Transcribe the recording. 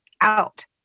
out